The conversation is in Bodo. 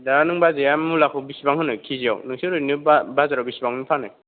दा नों बाजैया मुलाखौ बेसेबां होनो केजिआव नोंसोर ओरैनो बा बाजाराव बेसेबां फानो